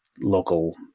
local